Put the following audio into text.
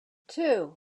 two